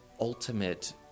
ultimate